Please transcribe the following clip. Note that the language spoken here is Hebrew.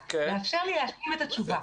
הוועדה לאפשר לי להשלים את התשובה.